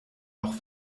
noch